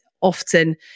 often